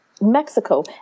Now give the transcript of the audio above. Mexico